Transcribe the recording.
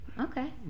Okay